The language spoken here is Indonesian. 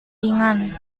ringan